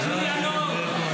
חבר הכנסת מאיר כהן.